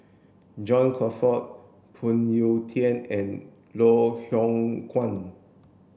John Crawfurd Phoon Yew Tien and Loh Hoong Kwan